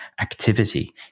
activity